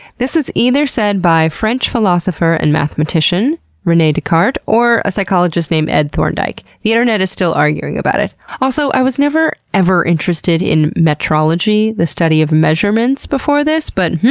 this was either said by french philosopher and mathematician rene descartes or a psychologist named ed thorndike. the internet is still arguing about it. also, i was never, ever interested in metrology, the study of measurements, before this, but,